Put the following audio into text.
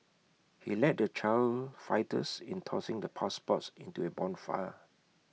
he led the child fighters in tossing the passports into A bonfire